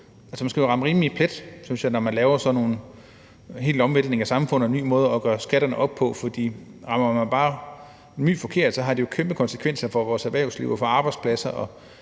synes jeg man skal, når man laver sådan en hel omvæltning af samfundet og en ny måde at gøre skatten op på, for rammer man bare en my forkert, har det jo kæmpe konsekvenser for vores erhvervsliv og for arbejdspladser,